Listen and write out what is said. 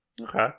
Okay